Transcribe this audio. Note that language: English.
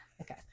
Okay